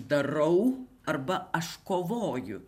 darau arba aš kovoju